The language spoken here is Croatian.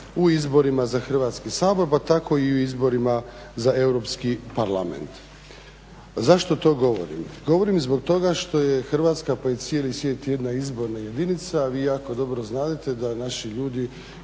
u izborima za Hrvatski sabor pa tako i u izborima za Europski parlament. Zašto to govorim? Govorim zbog toga što je Hrvatska pa i cijeli svijet jedna izborna jedinica. Vi jako dobro znadete da naši ljudi